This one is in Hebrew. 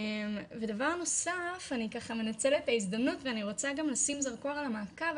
ודבר נוסף אני ככה מנצלת את ההזדמנות ואני רוצה גם לשים זרקור על המעקב,